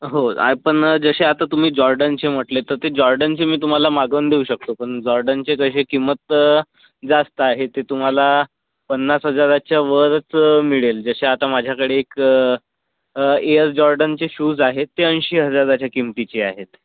हो आ पण जसे आता तुम्ही जॉर्डनचे म्हटले तर ते जॉर्डनचे मी तुम्हाला मागवून देऊ शकतो पण जॉर्डनचे कसे किंमत जास्त आहे ते तुम्हाला पन्नास हजाराच्यावरच मिळेल जसे आता माझ्याकडे एक एअर जॉर्डनचे शूज आहेत ते ऐंशी हजाराच्या किमतीचे आहेत